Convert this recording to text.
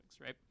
right